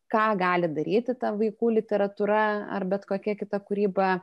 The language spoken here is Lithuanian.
ką gali daryti ta vaikų literatūra ar bet kokia kita kūryba